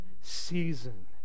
season